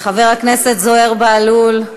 חבר הכנסת זוהיר בהלול,